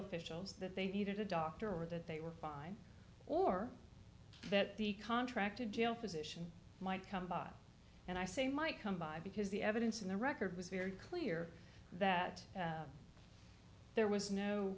officials that they needed a doctor or that they were fine or that the contracted jail physician might come by and i say might come by because the evidence in the record was very clear that there was no